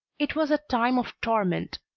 it was a time of torment.